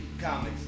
comics